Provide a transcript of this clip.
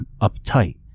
uptight